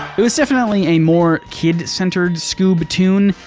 but was definitely a more kid centered scoob-toon,